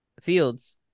Fields